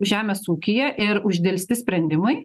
žemės ūkyje ir uždelsti sprendimai